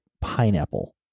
pineapple